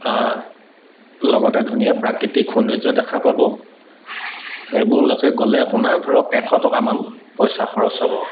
লগতে ধুনীয়া প্ৰাকৃতিক সৌন্দৰ্য দেখা পাব সেইবোৰলৈকে গ'লে আপোনাৰ ধৰক এশ টকামান পইচা খৰচ হ'ব